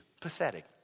pathetic